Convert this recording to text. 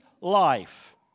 life